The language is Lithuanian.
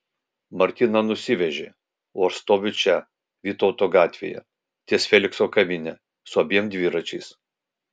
martyną nusivežė o aš stoviu čia vytauto gatvėje ties felikso kavine su abiem dviračiais